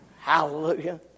Hallelujah